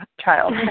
child